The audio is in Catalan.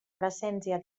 presència